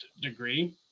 degree